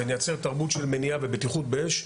ונייצר תרבות של בטיחות באש,